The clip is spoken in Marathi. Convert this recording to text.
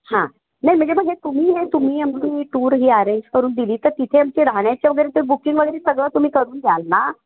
हां नाही म्हणजे मग तुम्ही हे तुम्ही आमची टूर ही अरेंज करून दिली तर तिथे आमचे राहण्याचे वगैरे ते बुकिंग वगैरे सगळं तुम्ही करून द्याल ना